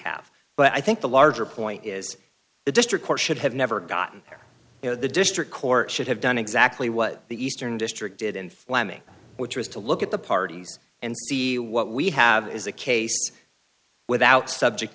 have but i think the larger point is the district court should have never gotten there you know the district court should have done exactly what the eastern district did in flamming which was to look at the parties and see what we have is a case without subject